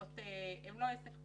הם לא עסק פרטי.